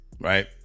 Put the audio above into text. Right